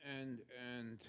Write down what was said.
and and